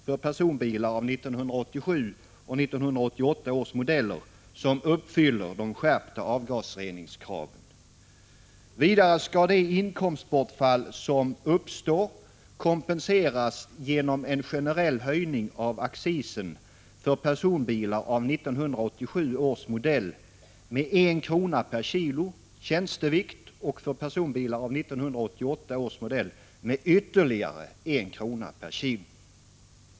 för personbilar av 1987 och 1988 års modeller som uppfyller de skärpta avgasreningskraven. Vidare skall det inkomstbortfall som uppstår kompenseras genom en generell höjning av accisen för personbilar av 1987 års modell med 1 kr. per kg tjänstevikt och för personbilar av 1988 års modell med ytterligare 1 kr. per kg.